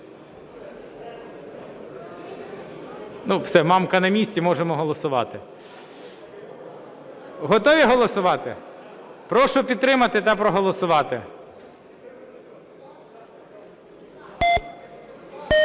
Ну, все, Мамка на місці, можемо голосувати. Готові голосувати? Прошу підтримати та проголосувати.